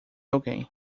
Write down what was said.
alguém